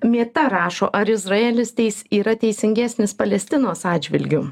mėta rašo ar izraelis teis yra teisingesnis palestinos atžvilgiu